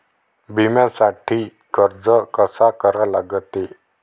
बिम्यासाठी अर्ज कसा करा लागते?